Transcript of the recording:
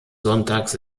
sonntags